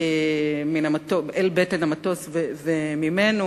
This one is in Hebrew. אל בטן המטוס וממנו,